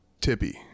tippy